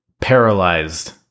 paralyzed